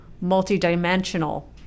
multi-dimensional